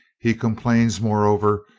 he complains, moreover,